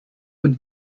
und